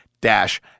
Dash